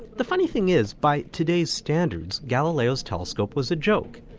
the funny thing is, by today's standards, galileo's telescope was a joke.